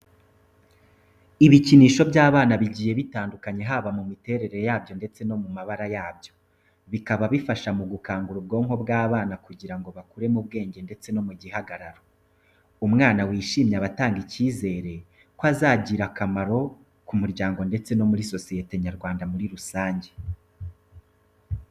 Ibikinisho by'abana bigiye bitandukanye haba mu miterere yabyo ndetse no mu mabara yabyo. Bikaba bifasha mu gukangura ubwonko bw'abana kugirango bakure mu bwenge ndetse no mu gihagararo. Umwana wishimye, aba atanga icyizere ko azagira akamaro ku muryango ndetse no muri sosiyete nyarwanda muri rusange.